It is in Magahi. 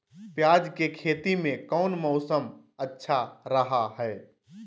प्याज के खेती में कौन मौसम अच्छा रहा हय?